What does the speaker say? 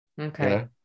Okay